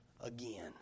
again